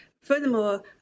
Furthermore